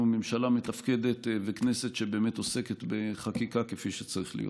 ממשלה מתפקדת וכנסת שבאמת עוסקת בחקיקה כפי שצריך להיות.